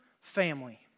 Family